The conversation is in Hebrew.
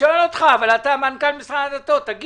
למועצות הדתיות, שטיפלת בזה קצת,